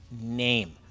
name